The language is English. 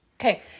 Okay